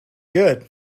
good